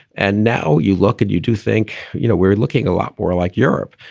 and now you look at you do think, you know, we're looking a lot more like europe,